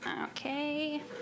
Okay